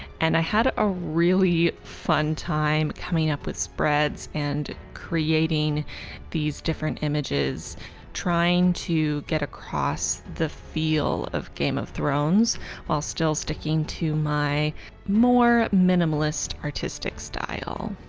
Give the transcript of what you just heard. and i had a really fun time coming up with spreads and creating these different images trying to get across the feel of game of thrones while still sticking to my more minimalist artistic style.